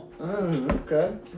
Okay